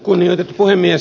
kunnioitettu puhemies